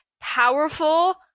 powerful